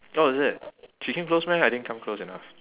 orh is it she came close meh I didn't come close enough